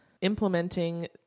implementing